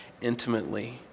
intimately